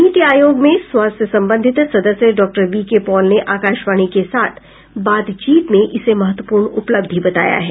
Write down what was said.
नीति आयोग में स्वास्थ्य से संबंधित सदस्य डॉक्टर वी के पॉल ने आकाशवाणी के साथ बातचीत में इसे महत्वपूर्ण उपलब्धि बताया है